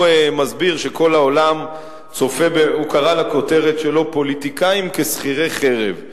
שהכותרת שלו "פוליטיקאים כשכירי חרב".